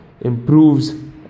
improves